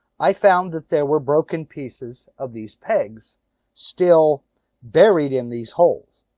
i found that there were broken pieces of these pegs still buried in these holes.